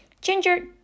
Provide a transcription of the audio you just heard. Ginger